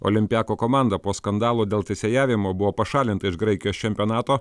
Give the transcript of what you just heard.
olympiako komanda po skandalo dėl teisėjavimo buvo pašalinta iš graikijos čempionato